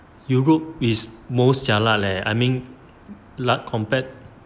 europe is most jialat leh I mean like compared